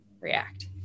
react